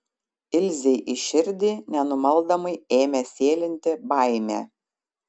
ilzei į širdį nenumaldomai ėmė sėlinti baimė